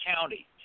county